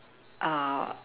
err